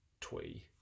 twee